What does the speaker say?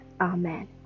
Amen